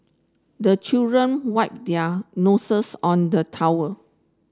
the children wipe their noses on the towel